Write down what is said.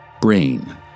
brain